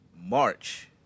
March